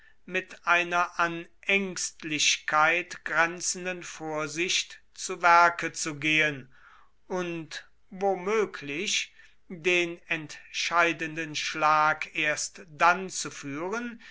mit einer an ängstlichkeit grenzenden vorsicht zu werke zu gehen und womöglich den entscheidenden schlag erst dann zu führen